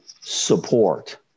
support